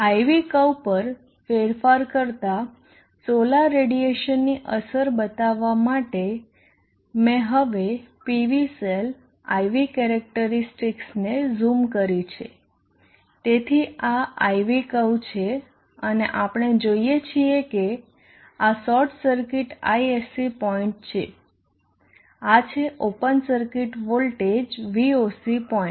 IV curve પર ફેરફાર કરતા સોલાર રેડીએશન ની અસર બતાવવા માટે મેં હવે PV સેલ I V કેરેક્ટરીસ્ટિકસને ઝૂમ કરી છે તેથી આ IV કર્વ છે અને આપણે જોઈએ છીએ કે આ short circuit I sc point છે આ છે open circuit voltage Voc point